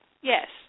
yes